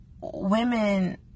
women